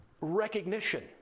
recognition